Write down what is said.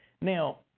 Now